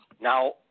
Now